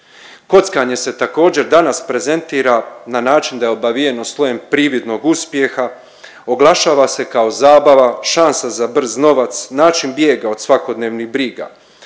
Kockanje se također danas prezentira na način da je obavijeno slojem prividnog uspjeha, oglašava se kao zabava, šansa za brz novac, način bijega od svakodnevnih briga,